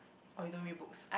oh you don't read books